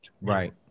Right